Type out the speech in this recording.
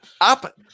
up